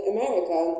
America